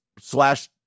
slash